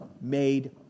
made